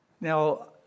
Now